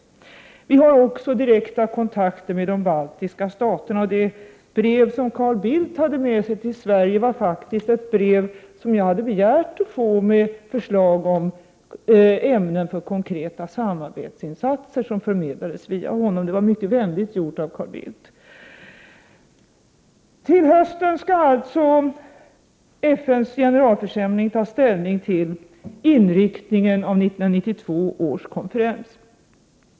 Vi har också direkta kontakter med de baltiska staterna. Det brev Carl Bildt hade med sig till Sverige var något som jag hade begärt att få — ett brev med förslag om ämnen för konkreta samarbetsinsatser. Det förmedlades via Carl Bildt, vilket var mycket vänligt gjort av honom. FN:s generalförsamling skall till hösten ta ställning till inriktningen av 1992 129 års konferens.